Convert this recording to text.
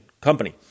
company